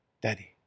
daddy